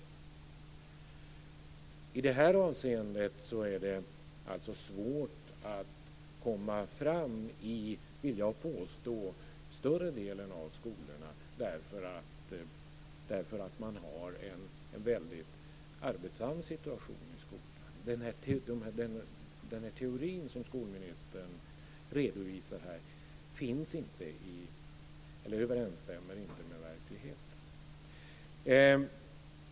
Jag vill påstå att det i det här avseendet är svårt att komma fram i större delen av skolorna därför att man har en väldigt arbetsam situation. Den teori som skolministern redovisar här överensstämmer inte med verkligheten.